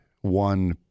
one